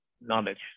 knowledge